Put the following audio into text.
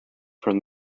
from